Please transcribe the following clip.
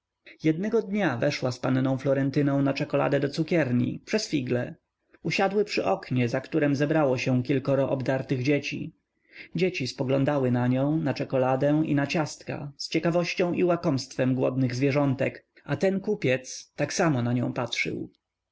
jednego dnia weszła z panną florentyną na czekoladę do cukierni przez figle usiadły przy oknie za którem zebrało się kilkoro obdartych dzieci dzieci spoglądały na nią na czekoladę i na ciastka z ciekawością i łakomstwem głodnych zwierzątek a ten kupiec tak samo na nią patrzył